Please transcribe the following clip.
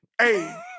Hey